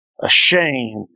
Ashamed